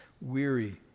weary